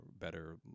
better